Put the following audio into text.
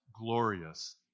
glorious